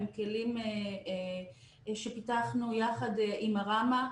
הם כלים שפיתחנו יחד עם ראמ"ה,